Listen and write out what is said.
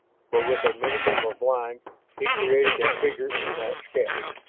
for with a minimum of lines he created a figure in that sketch.